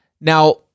Now